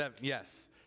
Yes